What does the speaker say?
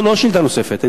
לא, לא שאלה נוספת.